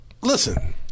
listen